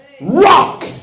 rock